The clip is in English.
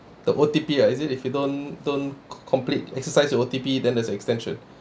the O_T_P ah is it if you don't don't com~ complete exercise your O_T_P then there's the extension